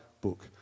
book